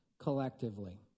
collectively